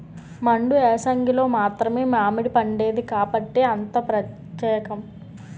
మండు ఏసంగిలో మాత్రమే మావిడిపండేది కాబట్టే అంత పచ్చేకం